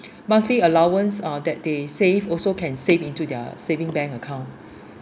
monthly allowance ah that they save also can save into their savings bank account